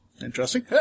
Interesting